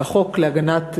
על החוק להגנת,